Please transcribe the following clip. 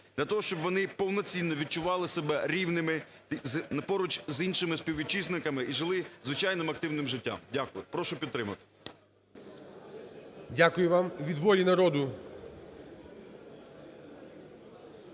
для того, щоб вони повноцінно відчували себе рівними поруч з іншими співвітчизниками і жили звичайним активним життям. Дякую. Прошу підтримати. ГОЛОВУЮЧИЙ. Дякую вам. Від "Волі народу"…